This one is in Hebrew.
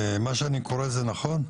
מה שאני קורא זה נכון?